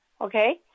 okay